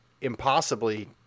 impossibly